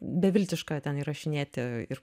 beviltiška ten įrašinėti ir